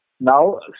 now